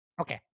Okay